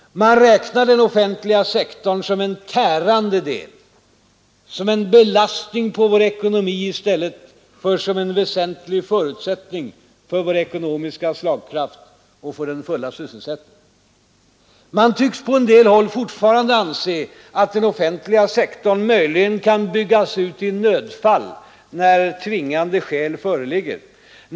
Man räknar den offentliga sektorn som en tärande del, som en belastning på vår ekonomi i stället för som en väsentlig förutsättning för vår ekonomiska slagkraft och för den fulla sysselsättningen. Man tycks på en del håll fortfarande anse att den offentliga sektorn möjligen kan byggas ut i nödfall, när tvingande skäl föreligger.